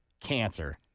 Cancer